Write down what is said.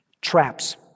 Traps